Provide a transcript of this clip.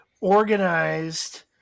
organized